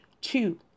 Two